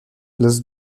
los